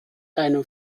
dem